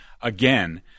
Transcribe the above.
again